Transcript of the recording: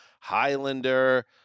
Highlander